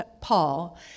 paul